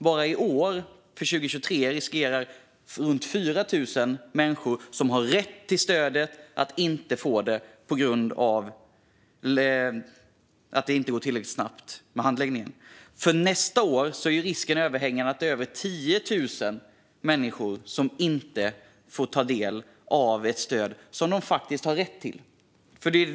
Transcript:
Bara under 2023 riskerar runt 4 000 människor som har rätt till stödet att inte få det på grund av att handläggningen inte är tillräckligt snabb. Nästa år är risken överhängande att över 10 000 människor inte får ta del av ett stöd som de faktiskt har rätt till.